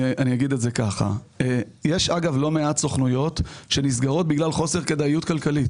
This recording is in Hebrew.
יש לא מעט סוכנויות שנסגרות בגלל חוסר כדאיות כלכלית.